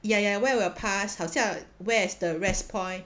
ya ya where our pass 好像 where's the rest point